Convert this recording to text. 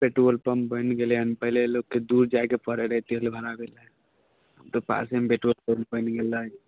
petrol pump बनि गेलै हन पहिले लोकके दूर जाइके पड़ै रहै तेल भराबै लए आब तऽ पासेमे पेट्रोल पम्प बनि गेलै